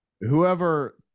whoever –